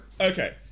Okay